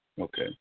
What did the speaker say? Okay